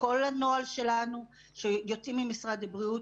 וכל הנוהל שלנו שיוצא ממשרד הבריאות